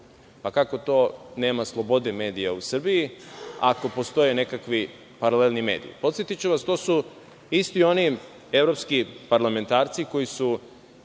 Pa, kako to nema slobode medija u Srbiji, ako postoje nekakvi paralelni mediji? Podsetiću vas, to su isti oni evropski parlamentarci koji su